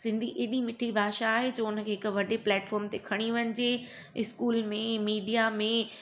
सिंधी एॾी मिठड़ी भाषा आहे जो हुनखे हिक वॾे प्लेटफॉर्म ते खणी वञिजे स्कूल में मीडिया में